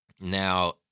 Now